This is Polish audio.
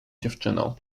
dziewczyną